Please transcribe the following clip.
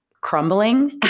crumbling